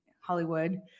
Hollywood